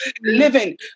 living